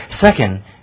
Second